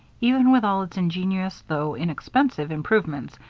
even with all its ingenious though inexpensive improvements,